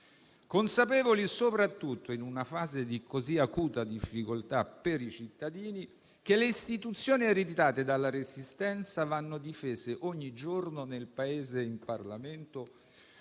consapevole, soprattutto in una fase di così acuta difficoltà per i cittadini, che le istituzioni ereditate dalla Resistenza vanno difese ogni giorno nel Paese e in Parlamento,